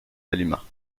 aliments